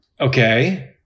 Okay